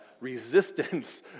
resistance